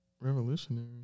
Revolutionary